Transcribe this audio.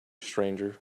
stranger